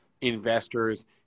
investors